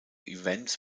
events